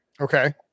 Okay